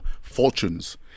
fortunes